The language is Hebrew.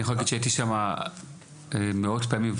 אני יכול להגיד שהייתי שם מאות פעמים,